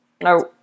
no